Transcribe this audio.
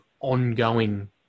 ongoing